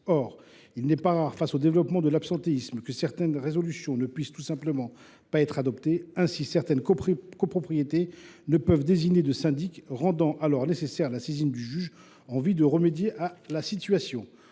Or il n’est pas rare, au vu du développement de l’absentéisme, que certaines résolutions ne puissent tout simplement pas être adoptées. Ainsi, certaines copropriétés ne peuvent désigner de syndic, ce qui rend nécessaire la saisine du juge en vue de remédier à la situation.